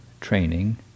training